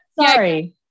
Sorry